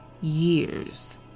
years